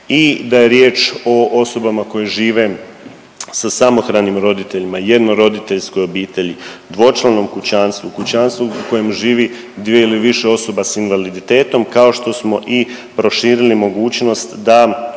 i da je riječ o osobama koje žive sa samohranim roditeljima, jedno roditeljskoj obitelji, dvočlanom kućanstvu, kućanstvu u kojem živi 2 ili više osoba s invaliditetom, kao što smo i proširili mogućnost da